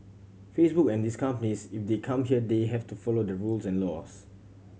Facebook and these companies if they come here they have to follow the rules and laws